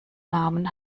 namen